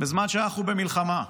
בזמן שאנחנו במלחמה,